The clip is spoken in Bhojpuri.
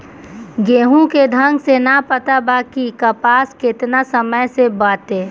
केहू के ढंग से ना पता बा कि कपास केतना समय से बाटे